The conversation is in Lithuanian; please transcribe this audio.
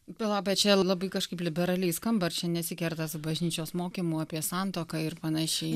pala bet čia labai kažkaip liberaliai skamba ar čia nesikerta su bažnyčios mokymu apie santuoką ir panašiai